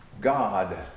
God